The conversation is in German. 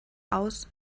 aus